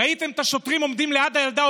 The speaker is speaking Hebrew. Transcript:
ראיתם את השוטרים ליד הילדה,